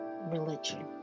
religion